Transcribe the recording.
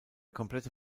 komplette